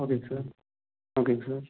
ஓகேங்க சார் ஓகேங்க சார்